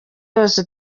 yose